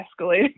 escalating